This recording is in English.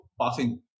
passing